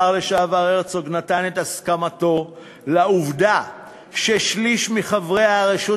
השר לשעבר הרצוג נתן את הסכמתו לעובדה ששליש מחברי הרשות